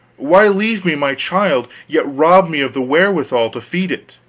why leave me my child, yet rob me of the wherewithal to feed it?